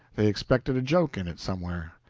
they expected a joke in it somewhere.